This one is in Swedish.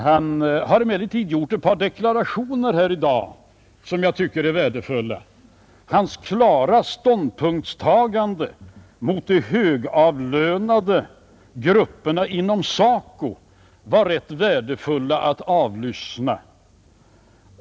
Han har emellertid gjort ett par deklarationer här i dag som jag tycker är värdefulla. Hans klara ståndpunktstagande mot de högavlönade grupperna inom SACO var rätt värdefullt att avlyssna.